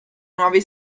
nuovi